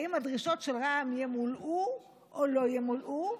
האם הדרישות של רע"מ ימולאו או לא ימולאו?